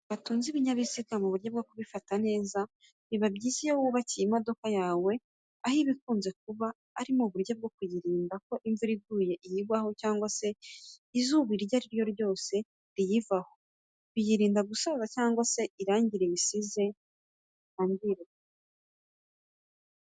Ku bantu batunze ibinyabiziga mu buryo bwo kubifata neza biba byiza iyo wubakiye imodoka yawe aho iba ikunze kuba ari mu buryo bwo kuyirinda ko imvura iguye iyigwaho cyangwa se izuba iryo ari ryo ryose riyivaho biyirinda gusaza cyangwa se irangi riyisize ryangirika.